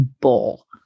bull